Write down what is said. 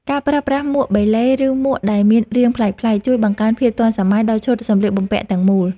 ការប្រើប្រាស់មួកបេឡេ ឬមួកដែលមានរាងប្លែកៗ ជួយបង្កើនភាពទាន់សម័យដល់ឈុតសម្លៀកបំពាក់ទាំងមូល។